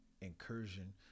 incursion